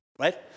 right